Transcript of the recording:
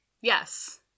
Yes